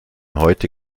heute